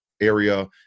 area